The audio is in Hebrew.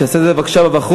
שיעשה את זה בבקשה בחוץ.